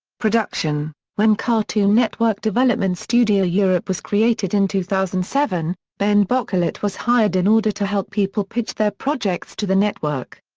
production when cartoon network development studio europe was created in two thousand and seven, ben bocquelet was hired in order to help people pitch their projects to the network.